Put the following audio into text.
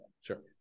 Sure